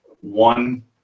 one